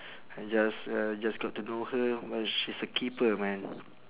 I just uh just got to know her but she's a keeper man